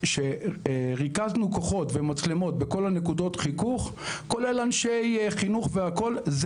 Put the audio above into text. ריכזנו כוחות ומצלמות בכל נקודות החיכוך כולל אנשי חינוך והכול.